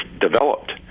developed